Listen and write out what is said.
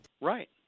Right